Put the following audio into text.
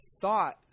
thought